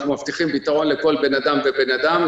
אנחנו מבטיחים פתרון לכל אדם ואדם,